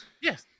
Yes